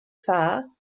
farr